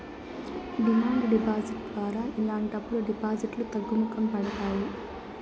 demand deposit ద్వారా ఇలాంటప్పుడు డిపాజిట్లు తగ్గుముఖం పడతాయి